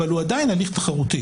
אבל הוא עדיין הליך תחרותי.